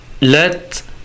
let